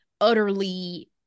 utterly